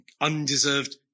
undeserved